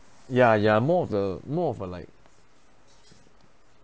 ya ya more of the more for a like